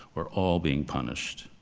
we're all being punished.